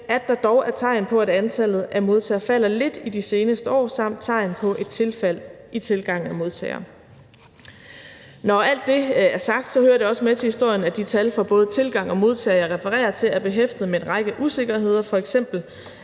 at der dog er tegn på, at antallet af modtagere er faldet lidt i de seneste år, samt tegn på et fald i tilgangen af modtagere. Kl. 19:00 Når alt det er sagt, hører det også med til historien, at de tal for både tilgang og modtagere, som der refereres til, er behæftet med en række usikkerheder, f.eks.